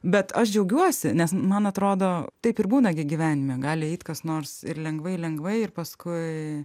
bet aš džiaugiuosi nes man atrodo taip ir būna gi gyvenime gali eit kas nors ir lengvai lengvai ir paskui